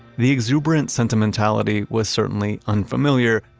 the exuberant sentimentality was certainly unfamiliar,